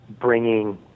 bringing